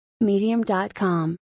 Medium.com